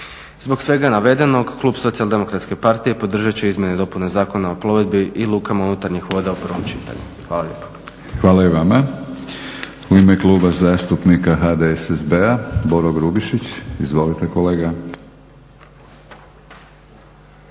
Zbog svega navedenog, klub Socijaldemokratske partije podržat će izmjene i dopune Zakona o plovidbi i lukama unutarnjih voda u prvom čitanju. Hvala lijepo. **Batinić, Milorad (HNS)** Hvala i vama. U ime Kluba zastupnika HDSSB-a Boro Grubišić. Izvolite kolega.